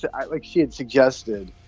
ah ah like she had suggested,